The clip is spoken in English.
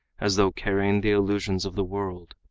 as though carrying the illusions of the world.